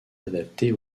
adaptées